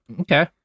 Okay